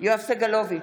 יואב סגלוביץ'